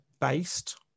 based